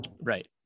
right